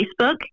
facebook